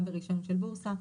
גם ברישיונות של בורסה.